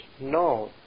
No